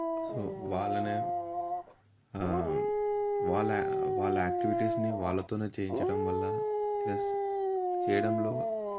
so వాళ్ళనే వాళ్ళ వాళ్ళ యాక్టివిటీస్ని వాళ్ళతోనే చేయించటం వల్ల ప్లస్ చేయడంలో